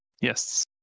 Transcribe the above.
Yes